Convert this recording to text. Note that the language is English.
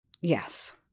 Yes